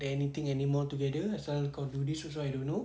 takde anything anymore together asal kau do this also I don't know